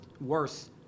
worse